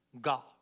God